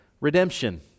redemption